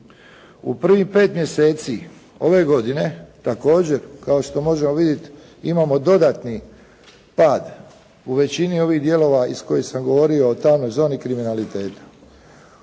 U prvih pet mjeseci ove godine također kao što možemo vidjeti imamo dodatni pad u većini ovih dijelova iz kojih sam govorio o tamnoj zoni kriminaliteta.